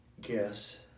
guess